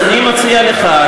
אז אני מציע לך,